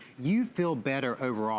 you feel better overall.